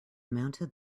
mounted